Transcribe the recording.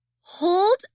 hold